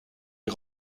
est